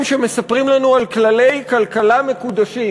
שמספרים לנו על כללי כלכלה מקודשים.